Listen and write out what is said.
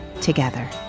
together